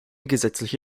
gesetzliche